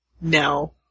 No